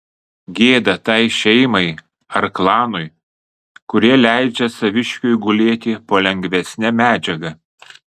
gėda tai šeimai ar klanui kurie leidžia saviškiui gulėti po lengvesne medžiaga